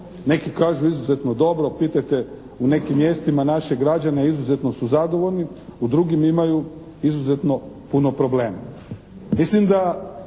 neki kažu izuzetno dobro, pitajte u nekim mjestima naše građane, izuzetno su zadovoljni, u drugim imaju izuzetno puno problema.